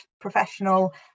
professional